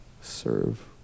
serve